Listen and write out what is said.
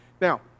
Now